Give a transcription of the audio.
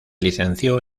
licenció